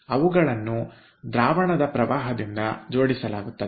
ಅವುಗಳನ್ನು ದ್ರಾವಣದ ಪ್ರವಾಹದಿಂದ ಜೋಡಿಸಲಾಗುತ್ತದೆ